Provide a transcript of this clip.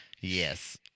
Yes